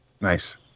Nice